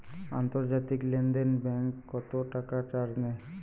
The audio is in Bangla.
আন্তর্জাতিক লেনদেনে ব্যাংক কত টাকা চার্জ নেয়?